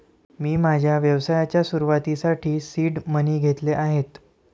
मी माझ्या व्यवसायाच्या सुरुवातीसाठी सीड मनी घेतले आहेत